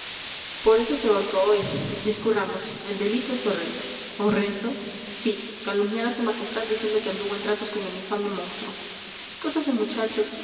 por eso se ahorca hoy discurramos el delito es horrendo horrendo sí calumniar a su majestad diciendo que anduvo en tratos con el infame monstruo cosas de muchachos